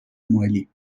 مالی